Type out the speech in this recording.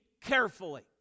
carefully